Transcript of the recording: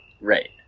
Right